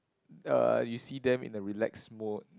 uh you see them in a relaxed mode